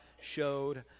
showed